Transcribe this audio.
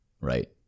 right